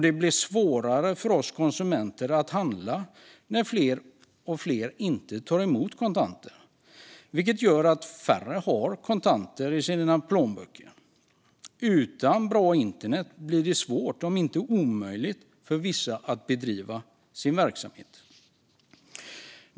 Det blir svårare för oss konsumenter att handla när fler och fler inte tar mot kontanter, vilket gör att färre har kontanter i sina plånböcker. Utan bra internet blir det svårt, om inte omöjligt, för vissa att bedriva sin verksamhet.